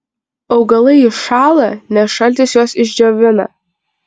augalai iššąla nes šaltis juos išdžiovina